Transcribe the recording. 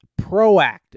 proactive